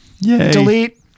Delete